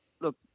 look